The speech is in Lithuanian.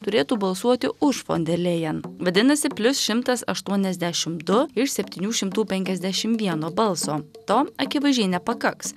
turėtų balsuoti už fon der lėjen vadinasi plius šimtas aštuoniasdešim du iš septynių šimtų penkiasdešim vieno balso to akivaizdžiai nepakaks